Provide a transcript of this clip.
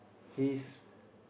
his